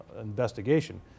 investigation